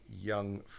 young